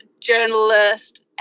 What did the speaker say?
journalist